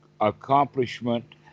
accomplishment